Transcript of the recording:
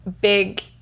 Big